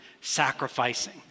sacrificing